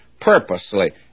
purposely